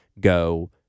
go